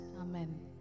Amen